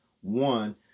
one